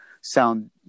sound